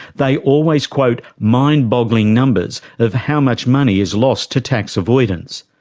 they always quote mind boggling numbers of how much money is lost to tax avoidance,